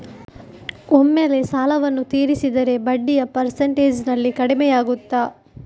ಒಮ್ಮೆಲೇ ಸಾಲವನ್ನು ತೀರಿಸಿದರೆ ಬಡ್ಡಿಯ ಪರ್ಸೆಂಟೇಜ್ನಲ್ಲಿ ಕಡಿಮೆಯಾಗುತ್ತಾ?